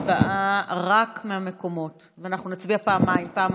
התשפ"א 2020. יציג את ההצעה